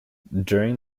during